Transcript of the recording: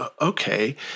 okay